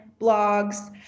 blogs